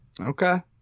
Okay